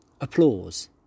Applause